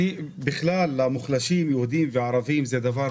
אני שמח מאוד